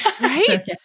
Right